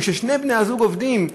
עובדים,